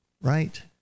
Right